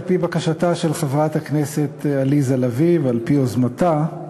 על-פי בקשתה של חברת הכנסת עליזה לביא ועל-פי יוזמתה,